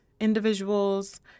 individuals